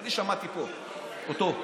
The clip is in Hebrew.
אני שמעתי אותו פה.